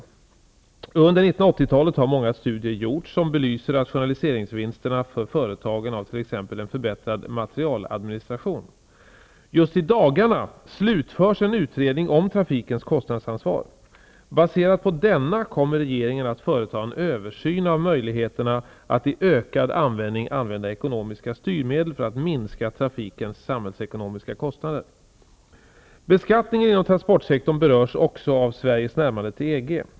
Under 1980-talet har många studier gjorts som belyser rationaliseringsvinsterna för företagen av t.ex. en förbättrad materialadministration. Just i dagarna slutförs en utredning om trafikens kostnadsansvar. Baserat på denna kommer regeringen att företa en översyn av möjligheterna att i ökad utsträckning använda ekonomiska styrmedel för att minska trafikens samhällsekonomiska kostnader. Beskattningen inom transportsektorn berörs också av Sveriges närmande till EG.